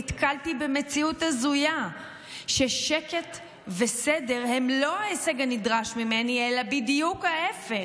נתקלתי במציאות הזויה ששקט וסדר הם לא ההישג הנדרש ממני אלא בדיוק ההפך.